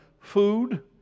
food